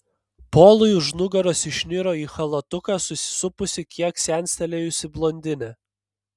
polui už nugaros išniro į chalatuką susisupusi kiek senstelėjusi blondinė